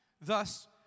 Thus